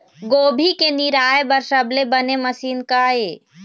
गोभी के निराई बर सबले बने मशीन का ये?